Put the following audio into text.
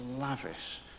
lavish